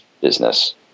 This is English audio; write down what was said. business